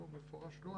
במפורש לא.